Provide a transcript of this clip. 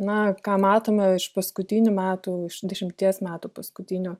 na ką matome iš paskutinių metų iš dešimties metų paskutinių